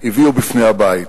הביאו בפני הבית.